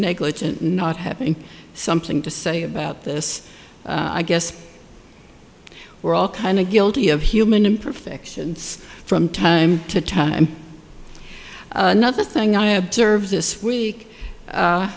negligent in not having something to say about this i guess we're all kind of guilty of human imperfections from time to time another thing i observed this week